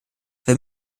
wir